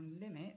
limit